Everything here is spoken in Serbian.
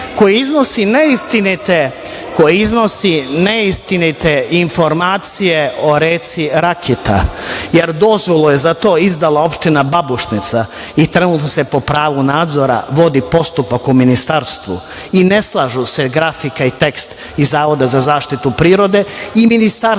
koji iznosi neistinite informacije o reci Rakita, jer dozvolu je za to izdala opština Babušnica i trenutno se po pravu nadzora vodi postupak u ministarstvu i ne slažu se grafika i tekst Zavoda za zaštitu prirode i ministarstvo